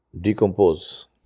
decompose